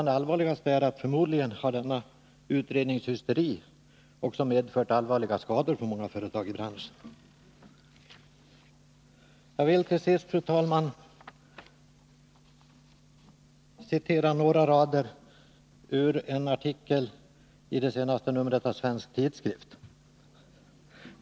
Det allvarligaste är att denna utredningshysteri också medfört allvarliga skador på många företag i branschen. Jag vill till sist, fru talman, citera några rader ur en artikel i senaste numret av Svensk Tidskrift.